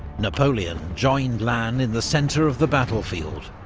napoleon joined lannes in the centre of the battlefield,